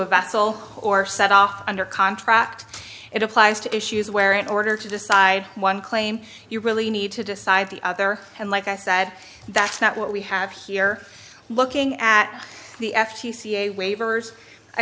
a vessel or set off under contract it applies to issues where in order to decide one claim you really need to decide the other and like i said that's not what we have here looking at the f c c a waivers i